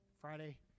Friday